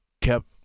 kept